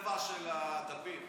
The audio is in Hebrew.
הצבע של הדפים.